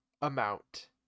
amount